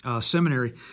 seminary